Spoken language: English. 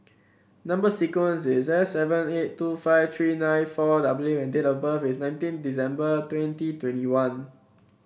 number sequence is S seven eight two five three nine four W and date of birth is nineteen December twenty twenty one